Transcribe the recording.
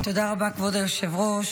תודה רבה, כבוד היושב-ראש.